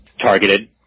targeted